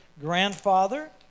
grandfather